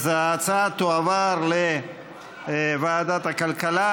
ההצעה תועבר לוועדת הכלכלה,